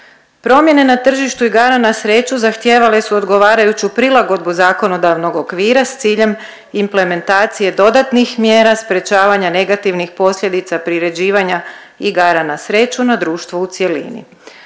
Promjene na tržištu igara na sreću zahtijevale su odgovarajuću prilagodbu zakonodavnog okvira s ciljem implementacije dodatnih mjera sprječavanja negativnih posljedica privređivanja igara na sreću na društvo u cjelini.